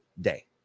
day